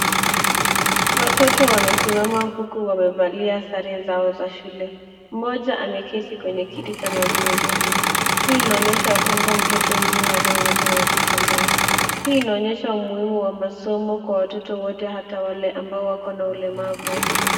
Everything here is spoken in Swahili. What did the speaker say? Watoto wamesimama huku wamevalia sare zao za shule. Mmoja ameketi kwenye kiti cha magurudumu. Hii inaonyesha ya kwamba mtoto huyu hana uwezo wa kutembea. Hii inaonyesha umuhimu wa masomo kwa watoto wote hata wale ambao wakona ulemavu.